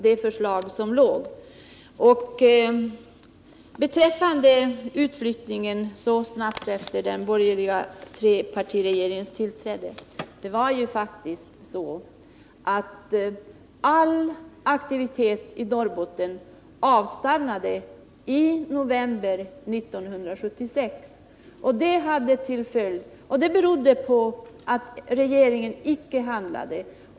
Så vill jag säga beträffande den utflyttning som skedde så snabbt efter den borgerliga trepartiregeringens tillträde att det var ju faktiskt så att all aktivitet i Norrbotten avstannade i november 1976, beroende på att regeringen inte handlade.